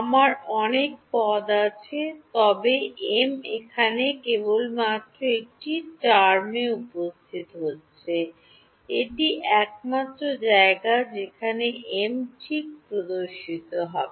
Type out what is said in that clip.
আমার অনেক পদ আছে তবে এম এখানে কেবলমাত্র একটি টার্মে উপস্থিত হচ্ছে এটি একমাত্র জায়গা যেখানে m ঠিক প্রদর্শিত হবে